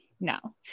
no